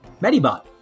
Medibot